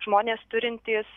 žmonės turintys